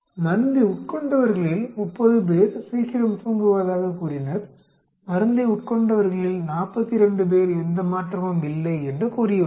மருந்தை உட்கொண்டவர்களில் 30 பேர் சீக்கிரம் தூங்குவதாகக் கூறினர் மருந்தை உட்கொண்டவர்களில் 42 பேர் எந்த மாற்றமும் இல்லை என்று கூறியுள்ளனர்